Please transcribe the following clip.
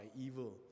evil